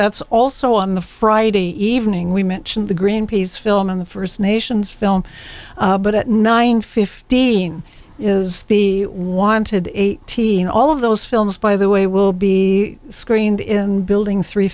that's also on the friday evening we mentioned the greenpeace film and the first nations film but at nine fifteen is the wanted eighteen all of those films by the way will be screened in building three